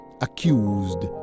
accused